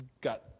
got